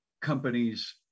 companies